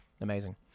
Amazing